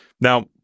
Now